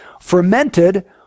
fermented